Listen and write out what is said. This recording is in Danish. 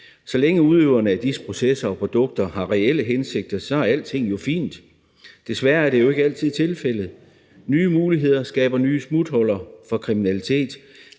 Så længe udøverne af disse processer og produkter har reelle hensigter, er alting jo fint. Desværre er det ikke altid tilfældet. Nye muligheder skaber nye smuthuller for kriminalitet.